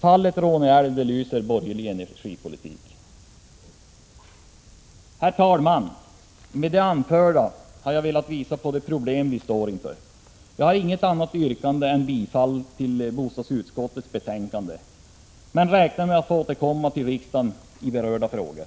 Fallet Råneälv belyser borgerlig energipolitik. Herr talman! Med det anförda har jag velat visa på de problem vi står inför. Jag har inget annat yrkande än bifall till bostadsutskottets hemställan men räknar med att återkomma till riksdagen i berörda frågor.